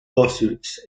lawsuits